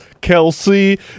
Kelsey